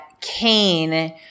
Cain –